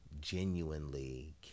genuinely